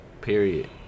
Period